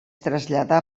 traslladà